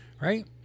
right